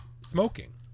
smoking